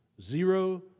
Zero